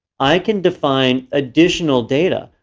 i can define additional data,